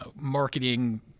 marketing